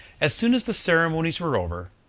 as soon as the ceremonies were over,